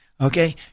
Okay